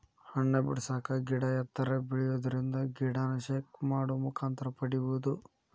ಹಣ್ಣ ಬಿಡಸಾಕ ಗಿಡಾ ಎತ್ತರ ಬೆಳಿಯುದರಿಂದ ಗಿಡಾನ ಶೇಕ್ ಮಾಡು ಮುಖಾಂತರ ಪಡಿಯುದು